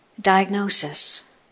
Diagnosis